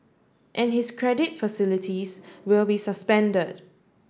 and his credit facilities will be suspended